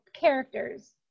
characters